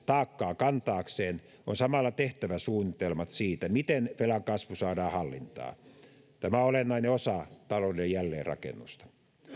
taakkaa kantaakseen on samalla tehtävä suunnitelmat siitä miten velan kasvu saadaan hallintaan tämä on olennainen osa talouden jälleenrakennusta